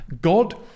God